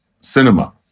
cinema